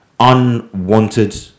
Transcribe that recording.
unwanted